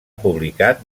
publicat